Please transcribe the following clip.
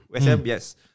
yes